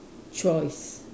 choice